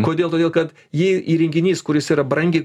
kodėl todėl kad jei įrenginys kuris yra brangiai